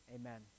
Amen